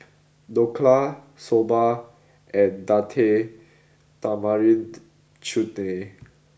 Dhokla Soba and Date Tamarind Chutney